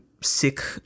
sick